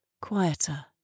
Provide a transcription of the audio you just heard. quieter